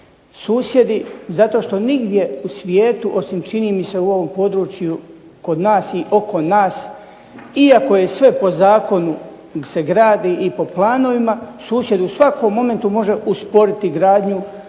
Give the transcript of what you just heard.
Susjedi zato što nigdje u svijetu, a čini mi se samo u ovom području kod nas i oko nas iako je sve po zakonu se gradi i planovima, susjed u svakom momentu može usporiti gradnju